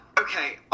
Okay